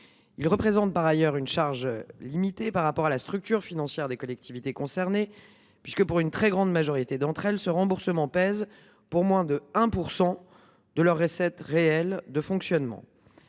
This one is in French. Ils représentent par ailleurs une charge limitée par rapport à la structure financière des collectivités concernées, puisque, pour une très grande majorité de celles ci, le remboursement pèse pour moins de 1 % de leurs recettes réelles de fonctionnement.